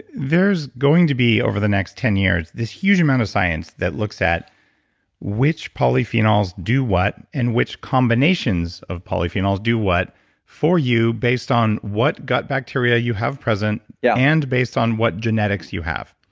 there's going to be over the next ten years, this huge amount of science that looks at which polyphenols do what? and which combinations of polyphenols do what for you based on what gut bacteria you have present, yeah and based on what genetics you have?